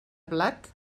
blat